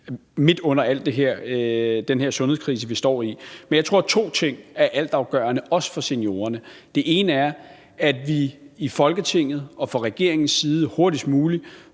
midt i den her sundhedskrise, vi står i. Men jeg tror, at to ting er altafgørende, også for seniorerne. Den ene er, at vi fra Folketingets og regeringens side hurtigst muligt